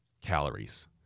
calories